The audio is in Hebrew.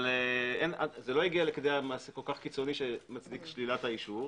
אבל זה לא יגיע לכדי מעשה כל כך קיצוני שמצדיק שלילת האישור.